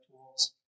tools